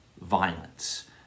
violence